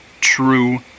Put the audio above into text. true